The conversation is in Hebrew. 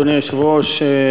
אדוני היושב-ראש,